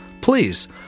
please